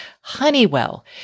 Honeywell